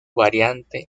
variante